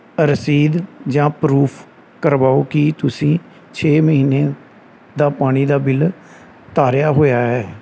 ਰਸੀਦ ਜਾਂ ਪਰੂਫ ਕਰਵਾਓ ਕਿ ਤੁਸੀਂ ਛੇ ਮਹੀਨੇ ਦਾ ਪਾਣੀ ਦਾ ਬਿੱਲ ਤਾਰਿਆ ਹੋਇਆ ਹੈ